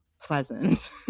pleasant